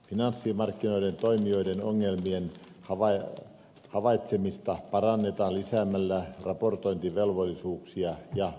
finanssimarkkinoiden toimijoiden ongelmien havaitsemista parannetaan lisäämällä raportointivelvollisuuksia ja avoimuutta